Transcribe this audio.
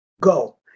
go